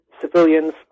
civilians